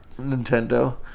Nintendo